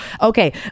Okay